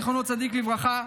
זכר צדיק לברכה,